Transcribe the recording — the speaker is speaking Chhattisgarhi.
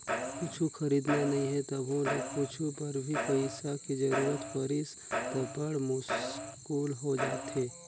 कुछु खरीदना नइ हे तभो ले कुछु बर भी पइसा के जरूरत परिस त बड़ मुस्कुल हो जाथे